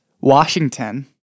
Washington